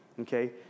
Okay